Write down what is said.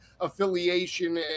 affiliation